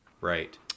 Right